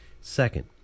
Second